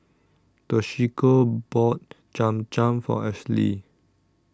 Toshiko bought Cham Cham For Ashely